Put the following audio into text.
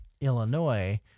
illinois